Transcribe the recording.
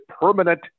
permanent